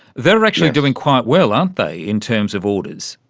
they're actually doing quite well, aren't they, in terms of orders.